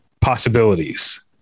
possibilities